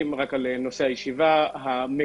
לגבי הנושא הראשון של ישיבה זו,